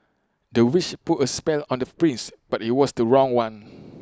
the witch put A spell on the prince but IT was the wrong one